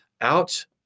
out